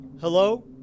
Hello